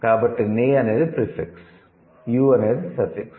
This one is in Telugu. కాబట్టి 'నే ' అనేది ప్రీఫిక్స్ ' యు' అనేది సఫిక్స్